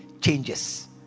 changes